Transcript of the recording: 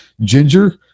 ginger